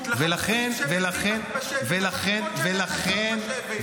דחיפות לחטופים שמתים בשבי ולחטופות שנאנסות בשבי.